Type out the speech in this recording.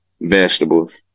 vegetables